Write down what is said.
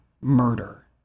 murder